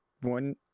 one